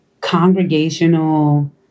congregational